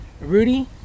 Rudy